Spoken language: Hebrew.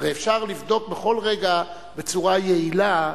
הרי אפשר לבדוק בכל רגע, בצורה יעילה,